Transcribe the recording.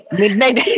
midnight